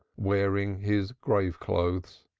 wearing his grave-clothes.